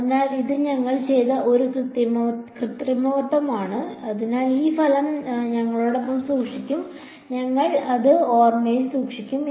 അതിനാൽ ഇത് ഞങ്ങൾ ചെയ്ത ഒരു കൃത്രിമത്വമാണ് അതിനാൽ ഈ ഫലം ഞങ്ങളോടൊപ്പം സൂക്ഷിക്കും ഞങ്ങൾ അത് ഓർമ്മയിൽ സൂക്ഷിക്കും